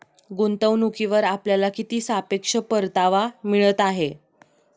गुंतवणूकीवर आपल्याला किती सापेक्ष परतावा मिळत आहे?